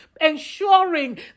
ensuring